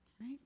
right